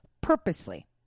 purposely